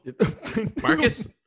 Marcus